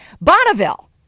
Bonneville